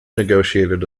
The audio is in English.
negotiated